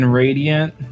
radiant